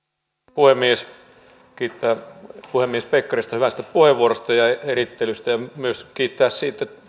puhemies kiitän puhemies pekkarista hyvästä puheenvuorosta ja ja erittelystä ja kiitän myös siitä